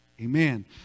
amen